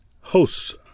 hosts